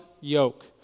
yoke